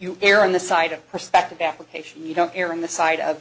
you err on the side of perspective application you don't err on the side of